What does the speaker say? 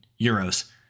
euros